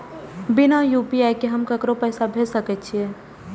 बिना यू.पी.आई के हम ककरो पैसा भेज सके छिए?